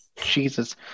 Jesus